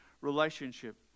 relationship